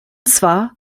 zwar